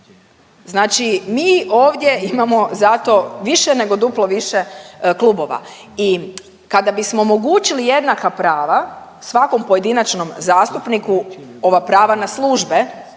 Znači mi ovdje imamo zato više nego duplo više klubova i kada bismo omogućili jednaka prava svakom pojedinačnom zastupniku ova prava na službe